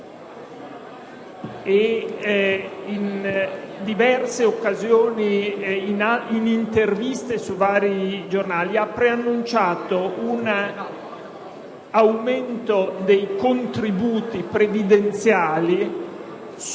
in diverse occasioni e in interviste su vari giornali, ha preannunciato un aumento dei contributi previdenziali per